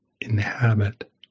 inhabit